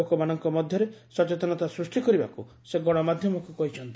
ଲୋକମାନଙ୍କ ମଧ୍ୟରେ ସଚେତନତା ସୃଷ୍ଟି କରିବାକୁ ସେ ଗଣମାଧ୍ୟମକୁ କହିଚ୍ଛନ୍ତି